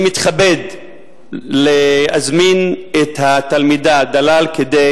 אני מתכבד להזמין את התלמידה דלאל כדי